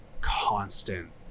constant